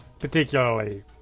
particularly